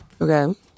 Okay